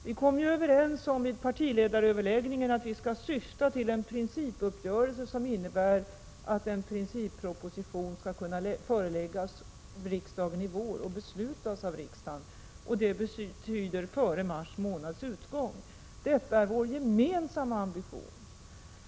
Vid partiledaröverläggningen kom vi ju överens om att vi skall syfta till en uppgörelse som innebär att en principproposition skall kunna föreläggas riksdagen och också beslutas av riksdagen i vår — före mars månads utgång. Detta är vår gemensamma ambition.